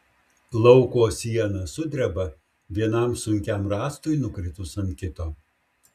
lauko siena sudreba vienam sunkiam rąstui nukritus ant kito